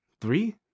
Three